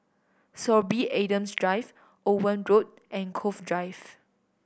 Sorby Adams Drive Owen Road and Cove Drive